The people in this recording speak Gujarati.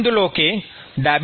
નોંધ લો કે ડા